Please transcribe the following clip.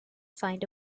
find